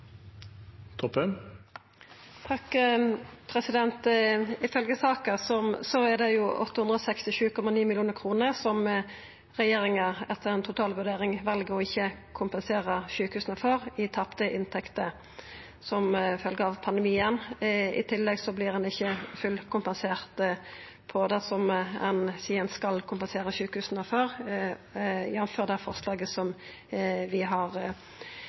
867,9 mill. kr som regjeringa etter ei totalvurdering vel ikkje å kompensera sjukehusa for i tapte inntekter som følgje av pandemien. I tillegg vert ein ikkje fullkompensert for det som ein seier ein skal kompensera sjukehusa for, jf. det forslaget som vi har